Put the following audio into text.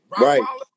Right